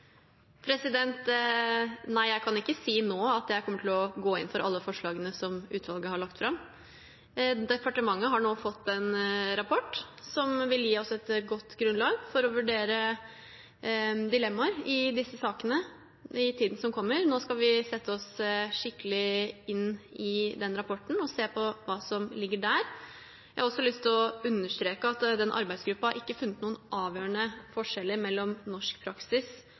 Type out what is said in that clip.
Nei, jeg kan ikke si nå at jeg kommer til å gå inn for alle forslagene som utvalget har lagt fram. Departementet har nå fått en rapport som vil gi oss et godt grunnlag for å vurdere dilemmaer i disse sakene i tiden som kommer. Nå skal vi sette oss skikkelig inn i rapporten og se på hva som ligger der. Jeg har også lyst til å understreke at den arbeidsgruppen ikke har funnet noen avgjørende forskjeller mellom norsk praksis